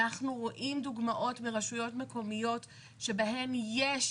אנחנו רואים דוגמאות ברשויות מקומיות שבהם יש